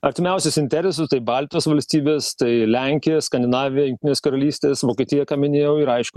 artimiausius interesus tai baltijos valstybės tai lenkija skandinavija jungtinės karalystės vokietija ką minėjau ir aišku